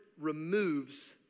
removes